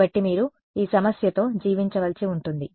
కాబట్టి మీరు ఈ సమస్యతో జీవించవలసి ఉంటుంది